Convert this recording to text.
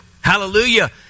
Hallelujah